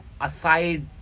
aside